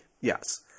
Yes